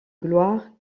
gloire